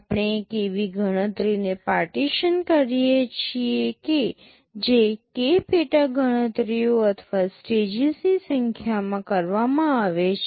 આપણે એક એવી ગણતરીને પાર્ટીશન કરીએ છીએ કે જે K પેટા ગણતરીઓ અથવા સ્ટેજીસની સંખ્યામાં કરવામાં આવે છે